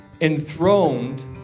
enthroned